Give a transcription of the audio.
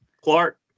Clark